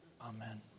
amen